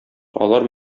алар